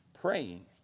praying